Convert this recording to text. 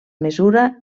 mesura